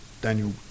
Daniel